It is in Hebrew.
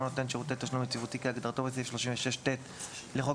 נותן שירותי תשלום יציבותי כהגדרתו בסעיף 36ט לחוק